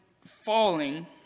falling